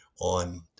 on